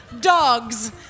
dogs